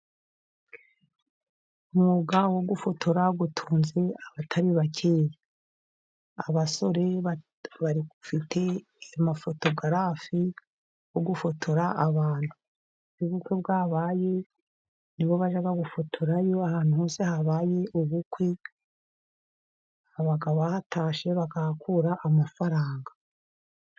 Umwuga wo gufotora utunze abatari bakeya. Abasore barifite amafotogarafi yo gufotora abantu. Aho ubukwe bwabaye, ni bo bajya gufotorayo, ahantu hose habaye ubukwe, baba bahatashye, bakahakura amafaranga.